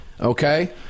Okay